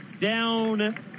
Down